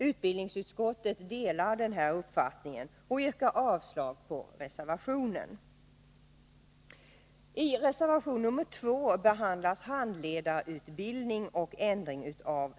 Utbildningsutskottet delar denna uppfattning, och jag yrkar avslag på reservationen.